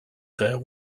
there